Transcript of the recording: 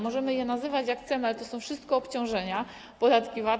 Możemy je nazywać, jak chcemy, ale to wszystko są obciążenia, podatki VAT.